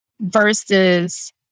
versus